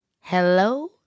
hello